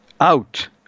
out